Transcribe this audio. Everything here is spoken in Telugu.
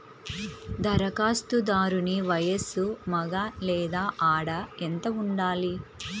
ధరఖాస్తుదారుని వయస్సు మగ లేదా ఆడ ఎంత ఉండాలి?